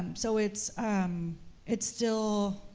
so it's um it's still,